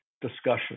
discussion